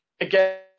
again